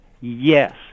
Yes